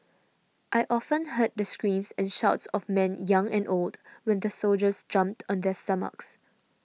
I often heard the screams and shouts of men young and old when the soldiers jumped on their stomachs